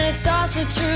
ah sausage